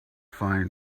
fine